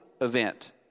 event